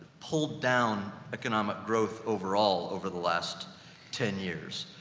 pulled down economic growth overall over the last ten years.